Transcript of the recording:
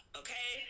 okay